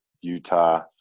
Utah